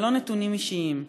ולא נתונים אישיים.